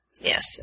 Yes